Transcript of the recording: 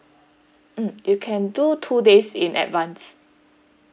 mm you can do two days in advance